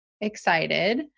excited